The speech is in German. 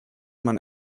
man